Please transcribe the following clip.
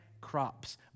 crops